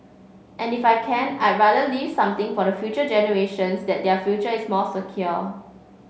and if I can I'd rather leave something for the future generations that their future is more secure